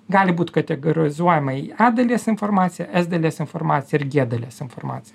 gali būt kategarizuojama į a dalies informaciją es dalies informaciją ir gie dalies informaciją